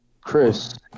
Chris